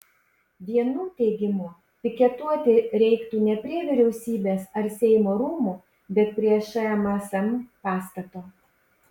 vienų teigimu piketuoti reiktų ne prie vyriausybės ar seimo rūmų bet prie šmsm pastato